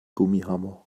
gummihammer